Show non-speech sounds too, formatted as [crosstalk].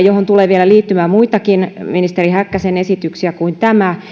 [unintelligible] johon tulee liittymään vielä muitakin ministeri häkkäsen esityksiä kuin tämä